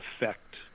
effect